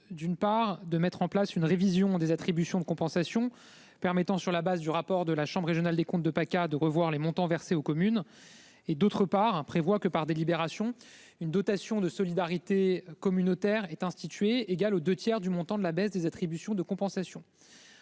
d'une part de mettre en place une révision des attributions de compensation permettant, sur la base du rapport de la chambre régionale des comptes de PACA de revoir les montants versés aux communes, et d'autre part hein prévoit que par délibération une dotation de solidarité communautaire est institué égal aux 2 tiers du montant de la baisse des attributions de compensation.